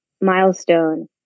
milestone